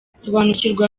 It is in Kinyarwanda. sobanukirwa